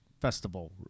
Festival